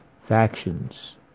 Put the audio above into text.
factions